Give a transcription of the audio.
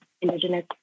Indigenous